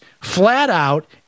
flat-out